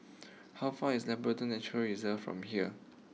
how far is Labrador Nature Reserve from here